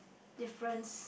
difference